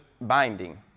binding